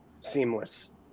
seamless